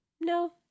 no